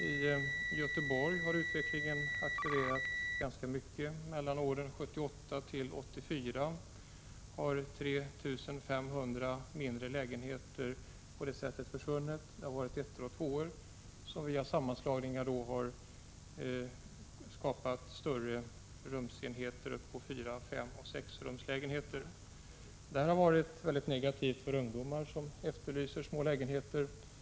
I Göteborg har utvecklingen accelererats ganska mycket. Mellan åren 1978 och 1984 har 3 500 mindre lägenheter — ettor och tvåor — på det sättet försvunnit. Via sammanslagningar har större rumsenheter skapats — fyra-, femoch sex-rumslägenheter. Detta har varit mycket negativt för ungdomar som efterlyser små lägenheter.